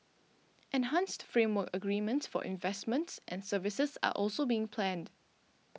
enhanced framework agreements for investments and services are also being planned